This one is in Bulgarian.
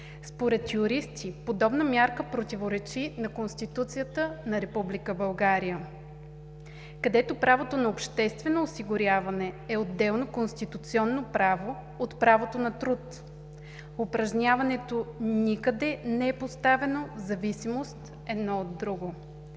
Според юристи подобна мярка противоречи на Конституцията на Република България, където правото на обществено осигуряване е отделно конституционно право от правото на труд. Упражняването никъде не е поставено в зависимост едно от друго.